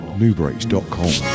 newbreaks.com